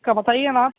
اس کا بتائیے نا